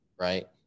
Right